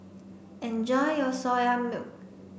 enjoy your Soya Milk